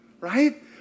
right